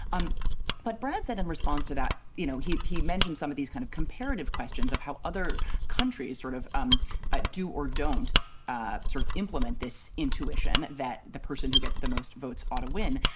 um but brad said in response to that, you know, he he mentioned some of these kind of comparative questions of how other countries sort of um ah do or don't ah sort of implement this intuition that the person who gets the most votes ought to win.